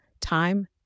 time